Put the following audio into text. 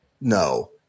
No